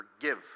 forgive